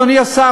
אדוני השר,